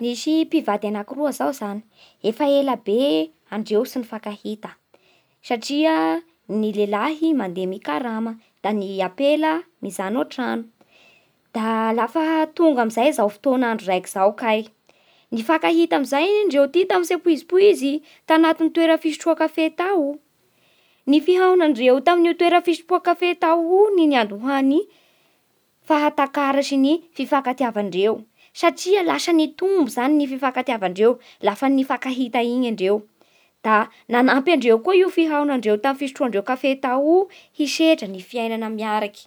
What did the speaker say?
Nisy mpivady anakiroa zao zany, efa ela be andreo tsy nifankahita satria ny lehilahy mandeha mikarama da ny ampela mijano antrano. Da lafa tonga amin'izay zao fotoana raiko zao kay, nifankahita amin'izay ndreo toy tamin'ny tsy ampoizipoizy tanaty toera fisotroa kafe tao. Ny fihaonandreo tamin'ny toera fisotroa kafe tao ny niandohan'ny fahatakara sy ny fifankatiavandreo satia lasa nitombo zany ny fifankatiavandreo laha nifankahita igny ndreo. Da nanampy andreo koa io fihaonandreo tamin'ny fisotroandreo kafe tao io hisedra ny fainana miaraky.